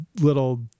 little